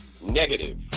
Negative